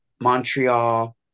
Montreal